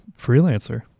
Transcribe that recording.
Freelancer